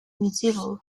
medieval